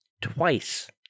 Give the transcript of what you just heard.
twice